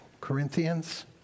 Corinthians